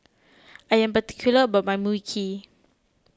I am particular about my Mui Kee